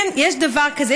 כן, יש דבר כזה.